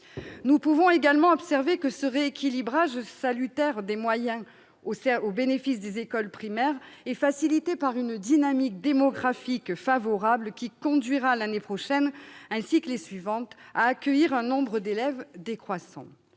Nous pouvons également observer que ce rééquilibrage salutaire des moyens au bénéfice des écoles primaires est facilité par une dynamique démographique favorable qui conduira l'année prochaine, ainsi que les suivantes, à accueillir un nombre d'élèves décroissant.